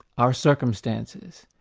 our circumstances,